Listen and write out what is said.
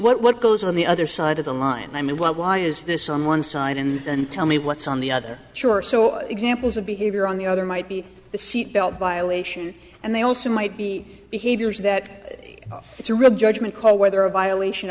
what goes on the other side of the line i mean what why is this on one side and then tell me what's on the other shore so examples of behavior on the other might be the seat belt violation and they also might be behaviors that it's a real judgment call whether a violation